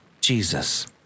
Jesus